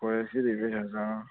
ꯐꯣꯔꯦꯁꯀꯤꯗꯤ ꯄꯩꯁꯥ ꯆꯪꯉꯣꯏ